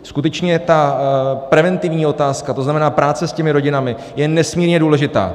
Skutečně ta preventivní otázka, to znamená, práce s těmi rodinami, je nesmírně důležitá.